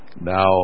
Now